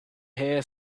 hare